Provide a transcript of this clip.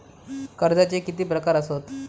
कर्जाचे किती प्रकार असात?